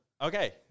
Okay